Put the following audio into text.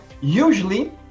Usually